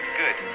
good